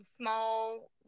small